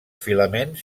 filaments